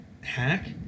Hack